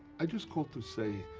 i just called to say